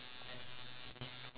iya mm